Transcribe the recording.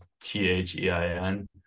T-H-E-I-N